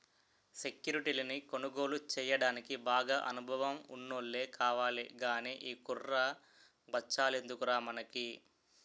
సెక్యురిటీలను కొనుగోలు చెయ్యడానికి బాగా అనుభవం ఉన్నోల్లే కావాలి గానీ ఈ కుర్ర బచ్చాలెందుకురా మనకి